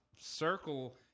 circle